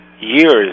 years